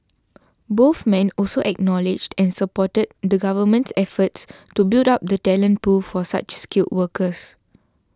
both men also acknowledged and supported the Government's efforts to build up the talent pool for such skilled workers